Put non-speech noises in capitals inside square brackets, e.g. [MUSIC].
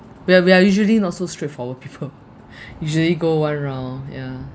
we're we're usually not so straightforward people [LAUGHS] usually go one round yeah